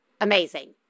amazing